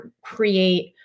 create